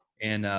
and,